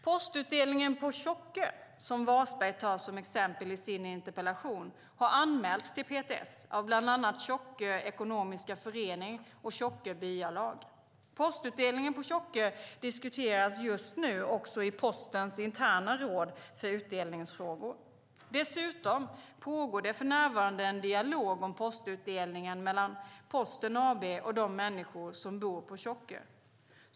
Postutdelningen på Tjockö, som Wasberg tar som exempel i sin interpellation, har anmälts till PTS av bland annat Tjockö ekonomiska förening och Tjockö byalag. Postutdelningen på Tjockö diskuteras just nu också i Postens interna råd för utdelningsfrågor. Dessutom pågår det för närvarande en dialog om postutdelningen mellan Posten AB och de människor som bor på Tjockö.